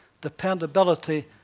dependability